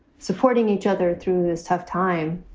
supporting each other through this tough time